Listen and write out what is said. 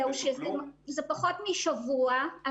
זה פחות משבוע.